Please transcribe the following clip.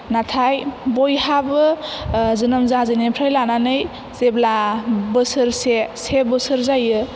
नाथाय बयहाबो जोनोम जाजेननाय निफ्राय लानानै जेब्ला बोसोरसे से बोसोर जायो